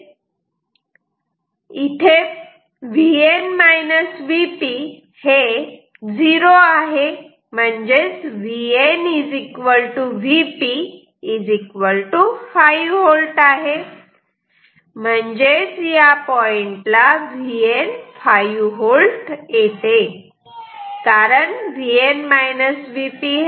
इथे 0 आहे म्हणजेच Vn Vp 5 V आहे म्हणजे या पॉइंटला Vn 5V कारण Vn Vp 0 आहे